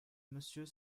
monsieur